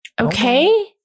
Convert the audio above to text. Okay